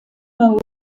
mode